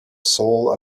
soul